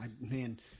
man